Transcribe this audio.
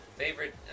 Favorite